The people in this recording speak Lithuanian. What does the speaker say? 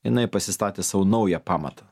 jinai pasistatė sau naują pamatą